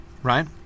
Right